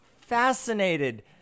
fascinated